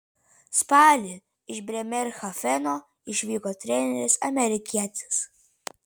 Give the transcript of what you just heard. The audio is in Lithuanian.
spalį iš brėmerhafeno išvyko treneris amerikietis